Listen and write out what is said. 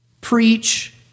preach